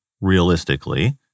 realistically